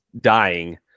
dying